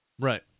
Right